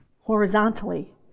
horizontally